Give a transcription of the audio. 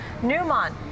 Newmont